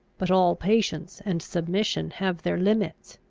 but all patience and submission have their limits.